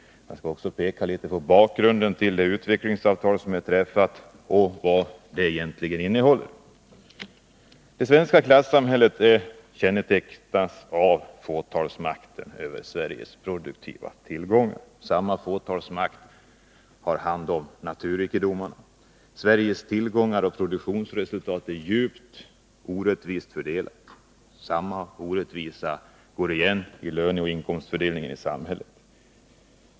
Jag skall också peka litet på bakgrunden till det utvecklingsavtal som har träffats och vad det egentligen innehåller. Det svenska klassamhället kännetecknas av en fåtalsmakt över Sveriges produktiva tillgångar. Samma fåtalsmakt har hand om naturrikedomarna. Sveriges tillgångar och produktionsresultat är djupt orättvist fördelade. Samma orättvisa går igen i löneoch inkomstfördelningen i samhället.